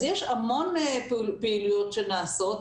אז יש המון פעילויות שנעשות,